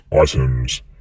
items